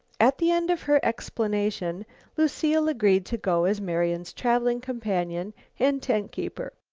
at the end of her explanation lucile agreed to go as marian's traveling companion and tent-keeper.